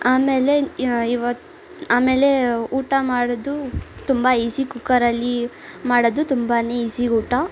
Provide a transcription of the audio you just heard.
ಆಮೇಲೆ ಇವತ್ತು ಆಮೇಲೆ ಊಟ ಮಾಡೋದು ತುಂಬ ಈಸಿ ಕುಕ್ಕರಲ್ಲಿ ಮಾಡೋದು ತುಂಬಾ ಈಸಿ ಊಟ